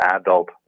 adult